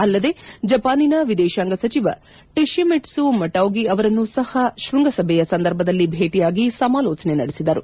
ಅಲ್ಲದೆ ಜಪಾನಿನ ವಿದೇಶಾಂಗ ಸಚಿವ ಟೊತಿಮಿಟ್ಲು ಮೊಟೆಗಿ ಅವರನ್ನೂ ಸಪ ಶೃಂಗಸಭೆಯ ಸಂದರ್ಭದಲ್ಲಿ ಭೇಟಿಯಾಗಿ ಸಮಾಲೋಚನೆ ನಡೆಸಿದರು